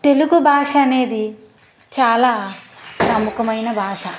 తెలుగు భాష అనేది చాలా ప్రముఖమైన భాష